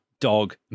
dog